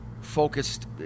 focused